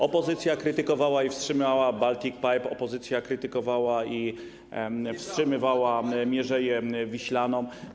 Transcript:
Opozycja krytykowała i wstrzymała Baltic Pipe, opozycja krytykowała i wstrzymywała Mierzeję Wiślaną.